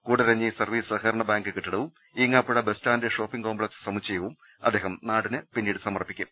കൂട രഞ്ഞി സർവീസ് സഹകരണ ബാങ്ക് കെട്ടിടവും ഈങ്ങാപ്പുഴ ബസ്സ്റ്റാന്റ് ഷോപ്പിംഗ് കോംപ്ലക്സ് സമുച്ചയവും അദ്ദേഹം നാടിന് സമർപ്പിക്കും